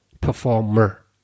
performer